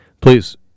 Please